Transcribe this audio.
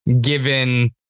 given